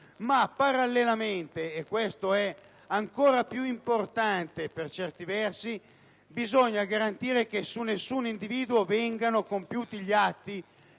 Parallelamente - e questo è ancora più importante, per certi versi - bisogna garantire che su nessun individuo vengano compiuti gli atti